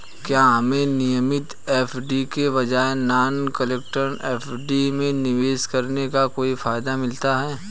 क्या हमें नियमित एफ.डी के बजाय नॉन कॉलेबल एफ.डी में निवेश करने का कोई फायदा मिलता है?